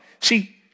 See